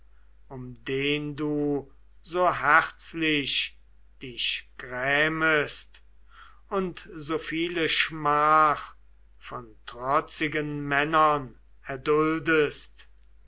um den du so herzlich dich grämest und so viele schmach von trotzigen männern erduldest